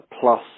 Plus